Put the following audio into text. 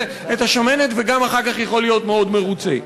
את השמנת וגם אחר כך יכול להיות מאוד מרוצה.